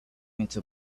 into